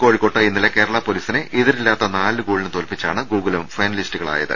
കോഴിക്കോട്ട് ഇന്നലെ കേരള പൊലീസിനെ എതിരില്ലാത്ത നാലുഗോളിന് തോല്പിച്ചാണ് ഗോകുലം ഫൈനലിസ്റ്റുകളായത്